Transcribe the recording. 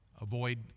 avoid